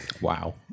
Wow